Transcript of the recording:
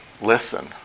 listen